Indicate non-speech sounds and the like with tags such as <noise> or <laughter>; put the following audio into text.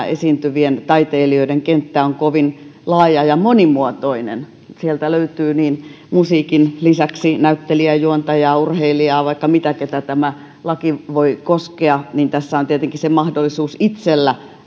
<unintelligible> esiintyvien taiteilijoiden kenttä on kovin laaja ja monimuotoinen sieltä löytyy musiikin lisäksi niin näyttelijää juontajaa urheilijaa vaikka mitä ketä tämä laki voi koskea niin tässä on se mahdollisuus itsellä